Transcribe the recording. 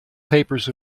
papers